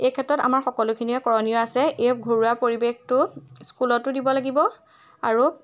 এইক্ষেত্ৰত আমাৰ সকলোখিনিয়ে কৰণীয় আছে এই ঘৰুৱা পৰিৱেশটো স্কুলতো দিব লাগিব আৰু